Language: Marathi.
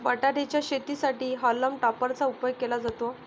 बटाटे च्या शेतीसाठी हॉल्म टॉपर चा उपयोग केला जातो